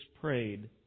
prayed